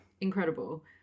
incredible